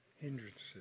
hindrances